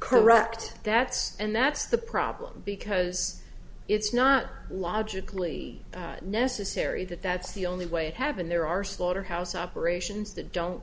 correct that's and that's the problem because it's not logically necessary that that's the only way it happened there are slaughterhouse operations that don't